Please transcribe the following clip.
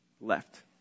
left